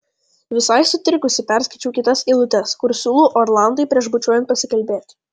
visai sutrikusi perskaičiau kitas eilutes kur siūlau orlandui prieš bučiuojant pasikalbėti